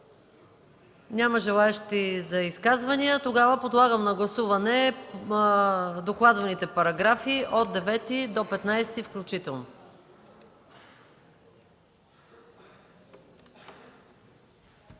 Няма желаещи за изказвания. Подлагам на гласуване докладваните параграфи от 9 до 15 включително.